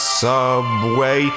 subway